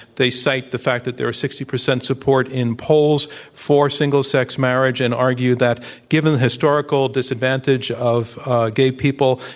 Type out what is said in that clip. they site the fact that there are sixty percent support in polls for single sex marriage and argue that given historical disadvantage of ah gay people,